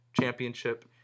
championship